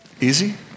Easy